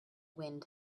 wind